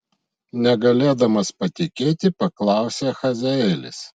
negalėdamas patikėti paklausė hazaelis